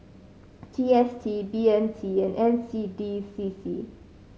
G S T B M T and N C D C C